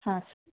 ಹಾಂ ಸರ್